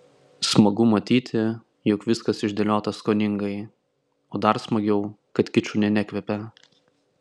smagu matyti jog viskas išdėliota skoningai o dar smagiau kad kiču nė nekvepia